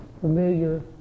familiar